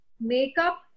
makeup